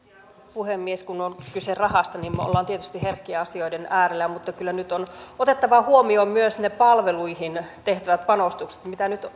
puhemies kun on kyse rahasta niin me olemme tietysti herkkien asioiden äärellä mutta kyllä nyt on otettava huomioon myös ne palveluihin tehtävät panostukset mitä nyt